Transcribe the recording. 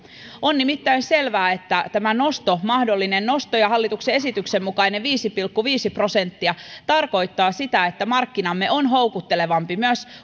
on nimittäin selvää että tämä mahdollinen nosto ja hallituksen esityksen mukainen viisi pilkku viisi prosenttia tarkoittaa sitä että markkinamme on houkuttelevampi myös